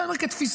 זה רק כתפיסה.